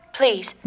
please